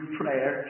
prayer